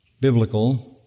biblical